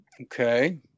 Okay